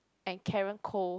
and Karen Koh